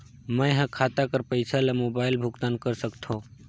मैं ह खाता कर पईसा ला मोबाइल भुगतान कर सकथव?